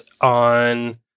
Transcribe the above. on